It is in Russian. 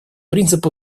принцип